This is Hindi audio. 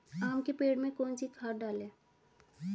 आम के पेड़ में कौन सी खाद डालें?